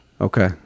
Okay